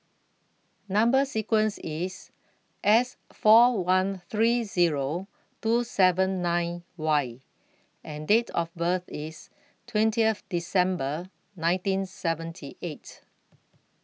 Number sequence IS S four one three Zero two seven nine Y and Date of birth IS twentieth December nineteen seventy eight